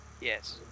Yes